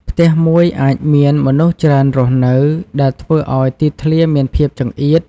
ផ្ទះមួយអាចមានមនុស្សច្រើនរស់នៅ ដែលធ្វើឲ្យទីធ្លាមានភាពចង្អៀត។